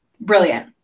Brilliant